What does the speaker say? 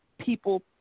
people